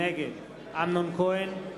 נגד אמנון כהן,